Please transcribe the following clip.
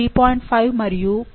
5 మరియు 0